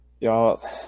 Y'all